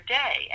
day